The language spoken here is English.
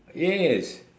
yes